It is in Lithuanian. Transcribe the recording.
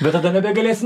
bet tada nebegalėsi